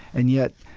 and yet,